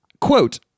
Quote